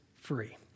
free